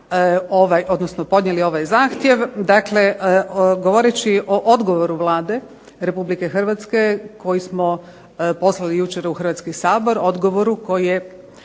odnosno podnijeli ovaj zahtjev, dakle govoreći o odgovoru Vlade RH koji smo poslali jučer u Hrvatski sabor, odgovoru koji je